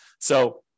So-